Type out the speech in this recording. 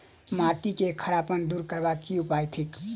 माटि केँ खड़ापन दूर करबाक की उपाय थिक?